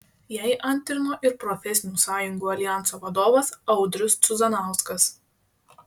jai antrino ir profesinių sąjungų aljanso vadovas audrius cuzanauskas